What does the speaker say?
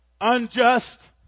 unjust